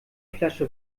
flasche